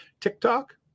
TikTok